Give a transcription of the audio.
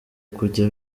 kujya